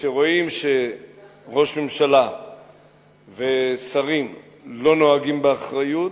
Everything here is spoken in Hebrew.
וכשרואים שראש ממשלה ושרים לא נוהגים באחריות,